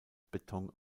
beton